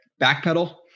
backpedal